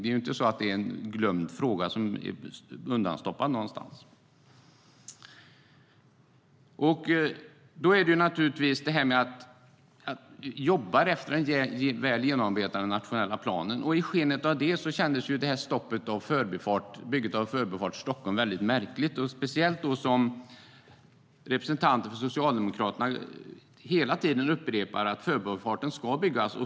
Det är inte en glömd och undanstoppad fråga. Det handlar om att jobba efter den väl genomarbetade nationella planen. I skenet av detta känns stoppet av bygget av Förbifart Stockholm märkligt, speciellt som representanter för Socialdemokraterna hela tiden upprepar att Förbifarten ska byggas.